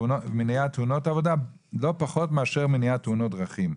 ומניעת תאונות עבודה לא פחות מאשר מניעת תאונות דרכים,